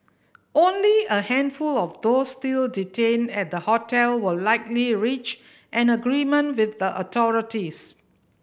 only a handful of those still detained at the hotel will likely reach an agreement with the authorities